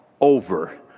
over